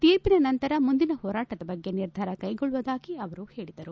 ತೀರ್ಪಿನ ನಂತರ ಮುಂದಿನ ಹೋರಾಟದ ಬಗ್ಗೆ ನಿರ್ಧಾರ ಕೈಗೊಳ್ಳುವುದಾಗಿ ಅವರು ಹೇಳಿದರು